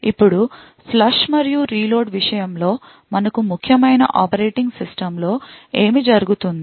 ఇప్పుడు ఫ్లష్ మరియు రీలోడ్ విషయం లో మనకు ముఖ్యమైన ఆపరేటింగ్ సిస్టమ్ లో ఏమి జరుగుతుంది